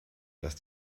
dass